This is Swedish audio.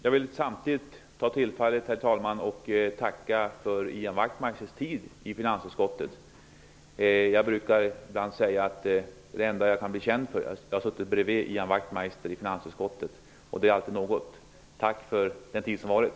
Jag vill ta tillfället i akt och tacka Ian Wachtmeister för hans tid i finansutskottet. Jag brukar ibland säga att det enda jag kan bli känd för är att jag har suttit bredvid Ian Wachtmeister i finansutskottet. Det är alltid något. Tack för den tid som varit!